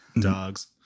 dogs